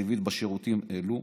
התקציבית בשירותים אלו,